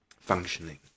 functioning